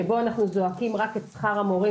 שבו אנחנו זועקים רק את שכר המורים,